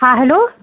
हा हलो